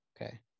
Okay